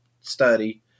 study